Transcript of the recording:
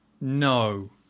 No